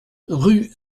rue